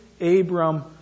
Abram